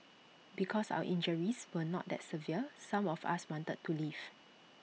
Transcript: because our injuries were not that severe some of us wanted to leave